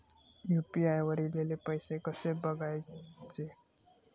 UPI वर ईलेले पैसे कसे बघायचे?